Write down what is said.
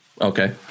Okay